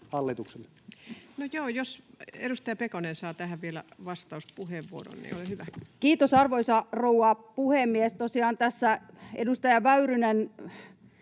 hallitukselle. No joo, jos edustaja Pekonen saa tähän vielä vastauspuheenvuoron, niin ole hyvä. Kiitos, arvoisa rouva puhemies! Tosiaan tässä edustaja Väyrynen